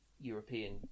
European